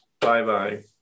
Bye-bye